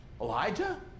Elijah